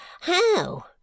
How